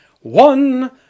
one